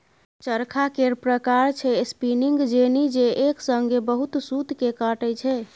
चरखा केर प्रकार छै स्पीनिंग जेनी जे एक संगे बहुत सुत केँ काटय छै